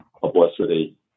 publicity